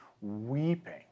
weeping